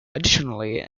additionally